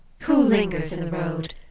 who lingers in the road?